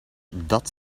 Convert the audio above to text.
dat